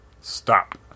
Stop